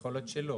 יכול להיות שלא.